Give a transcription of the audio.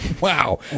Wow